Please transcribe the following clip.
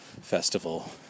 festival